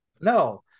no